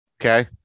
Okay